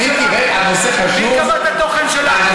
מי קבע את התוכן שלה?